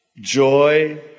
joy